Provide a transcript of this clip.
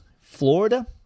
Florida